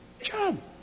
Jump